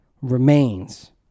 remains